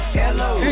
hello